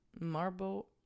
Marble